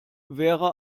wäre